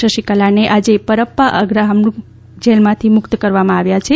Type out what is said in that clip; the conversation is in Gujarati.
શશીકલાને આજે પરપ્પા અગ્રહરામ જેલમાંથી મુકત કરવામાં આ વ્યાં છે